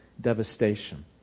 devastation